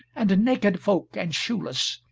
and naked folk and shoeless,